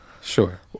sure